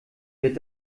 wird